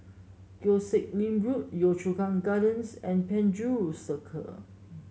Koh Sek Lim Road Yio Chu Kang Gardens and Penjuru Circle